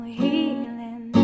healing